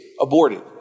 aborted